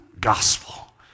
Gospel